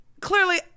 clearly